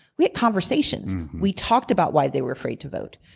we had conversations. we talked about why they were afraid to vote.